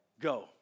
go